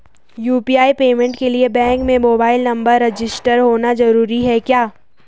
UPI payment के लिए bank में मोबाइल नंबर रजिस्टर्ड होना जरूरी है क्या?